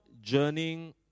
journeying